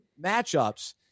matchups